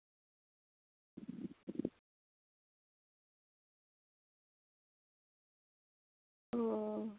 ᱚ